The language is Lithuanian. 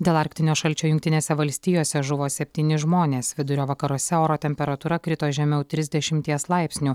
dėl arktinio šalčio jungtinėse valstijose žuvo septyni žmonės vidurio vakaruose oro temperatūra krito žemiau trisdešimties laipsnių